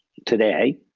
today